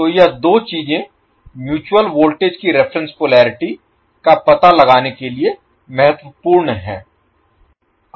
तो यह दो चीजें म्यूचुअल वोल्टेज की रिफरेन्स पोलेरिटी का पता लगाने के लिए महत्वपूर्ण हैं